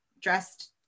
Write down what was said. dressed